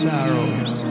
Sorrows